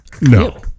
No